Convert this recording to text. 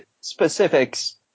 specifics